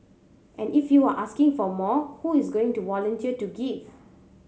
and if you are asking for more who is going to volunteer to give